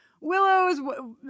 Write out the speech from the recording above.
Willow's